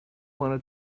wanna